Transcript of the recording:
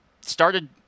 started